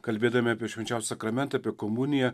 kalbėdami apie švenčiausią sakramentą apie komuniją